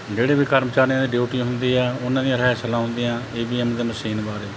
ਜਿਹੜੇ ਵੀ ਕਰਮਚਾਰੀਆਂ ਦੀ ਡਿਊਟੀ ਹੁੰਦੀ ਆ ਉਹਨਾਂ ਦੀਆਂ ਰਿਹਰਸਲਾਂ ਹੁੰਦੀਆਂ ਏ ਬੀ ਐਮ ਦੇ ਮਸ਼ੀਨ ਬਾਰੇ